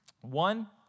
One